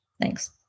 Thanks